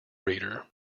reader